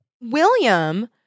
William